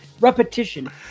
repetition